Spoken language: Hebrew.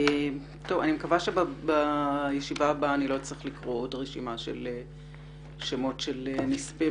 אני מקווה שבישיבה הבאה לא נקרא שמות של נספים